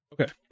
Okay